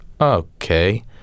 okay